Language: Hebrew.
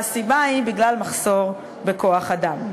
והסיבה היא מחסור בכוח-אדם.